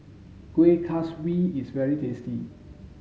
Kueh Kaswi is very tasty